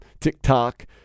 TikTok